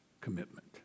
commitment